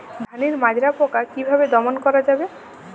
ধানের মাজরা পোকা কি ভাবে দমন করা যাবে?